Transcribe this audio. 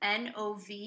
NOV